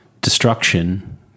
destruction